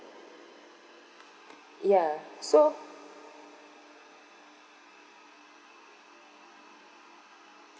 ya so